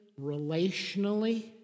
relationally